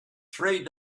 three